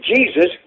Jesus